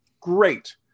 Great